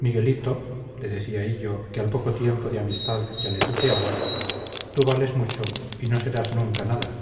miguelito le decía hillo que al poco tiempo de amistad ya le tuteaba tú vales mucho y no serás nunca nada